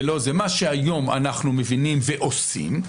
מה שהיום אנחנו מבינים ועושים,